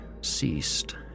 ceased